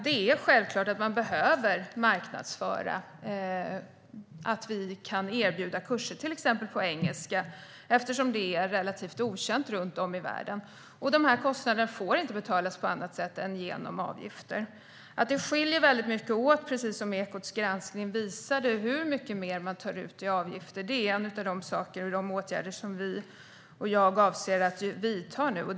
Det är självklart att marknadsföra att det kan erbjudas kurser till exempel på engelska eftersom det är relativt okänt runt om i världen. Kostnaderna får inte betalas på annat sätt än genom avgifter. Att det skiljer sig åt, precis som Ekots granskning visade, hur mycket mer man tar ut i avgifter är en av de saker där jag avser att vidta åtgärder.